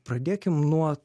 pradėkim nuo